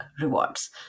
rewards